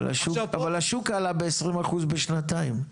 אבל השוק עלה ב-20% בשנתיים.